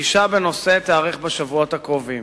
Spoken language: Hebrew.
הפגישה בנושא תיערך בשבועות הקרובים.